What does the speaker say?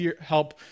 help